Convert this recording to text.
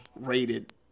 rated